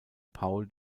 paul